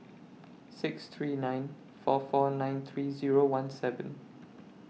six three nine four four nine three Zero one seven